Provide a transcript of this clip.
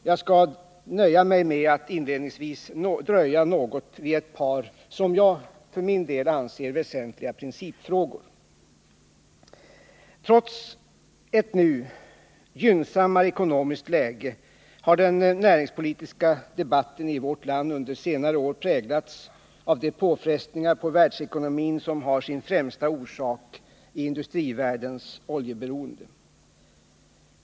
Jag skall nöja mig med att inledningsvis dröja något vid ett par som jag anser väsentliga principfrågor. Trots ett nu gynnsammare läge har den näringspolitiska debatten i vårt land under senare år präglats av de påfrestningar på världsekonomin som har sin främsta orsak i industrivärldens oljeberoende.